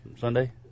Sunday